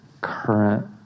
current